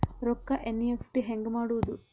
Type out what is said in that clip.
ರೊಕ್ಕ ಎನ್.ಇ.ಎಫ್.ಟಿ ಹ್ಯಾಂಗ್ ಮಾಡುವುದು?